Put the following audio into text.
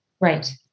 Right